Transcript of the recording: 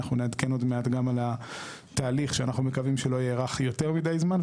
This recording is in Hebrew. ואנחנו נעדכן עוד מעט על התהליך שאנחנו מקווים שלא יארך יותר מדי זמן,